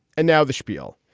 and now the schpiel.